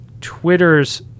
Twitter's